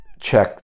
check